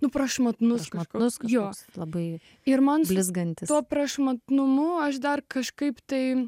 nu prašmatnus smakrus jos labai ir man blizgantį savo prašmatnumu aš dar kažkaip taip